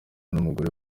n’umugore